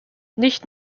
nicht